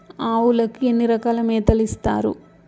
ఆవులకి ఎన్ని రకాల మేతలు ఇస్తారు?